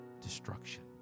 destruction